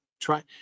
try